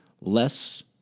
less